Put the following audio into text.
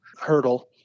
hurdle